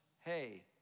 Hey